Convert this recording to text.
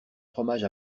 fromage